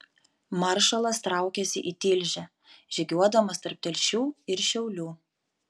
maršalas traukėsi į tilžę žygiuodamas tarp telšių ir šiaulių